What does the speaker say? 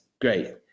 great